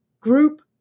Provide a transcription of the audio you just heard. Group